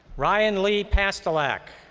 ryan lee pastelack.